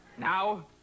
Now